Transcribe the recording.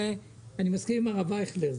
אני מסכים עם הרב אייכלר,